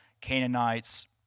Canaanites